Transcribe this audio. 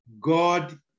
God